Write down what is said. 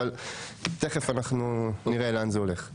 אבל תכף אנחנו נראה לאן זה הולך.